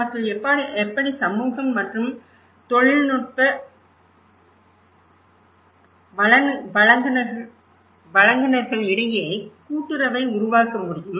அவர்கள் எப்படி சமூகம் மற்றும் தொழில்நுட்ப வழங்குநர்கள் இடையே கூட்டுறவை உருவாக்க முடியும்